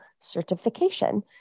certification